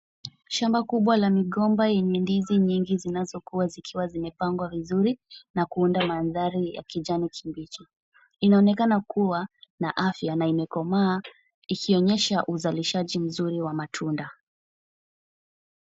Shamba kubwa la migomba yenye ndizi nyingi zinazokuwa zikiwa zimepangwa vizuri na kuunda mandhari ya kijani kibichi. Inaonekana kuwa na afya na imekomaa ikionyesha uzalishaji mzuri wa matunda.